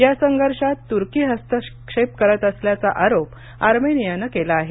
या संघर्षात तुर्की हस्तक्षेप करत असल्याचा आरोप आर्मेनियानं केला आहे